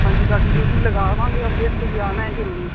ਹਾਂਜੀ ਤੁਹਾਡੀ ਡਿਊਟੀ ਲਗਾਵਾਂਗੇ ਔਰ ਫਿਰ ਤੁਸੀਂ ਆਉਣਾ ਹੈ ਜ਼ਰੂਰੀ